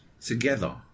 together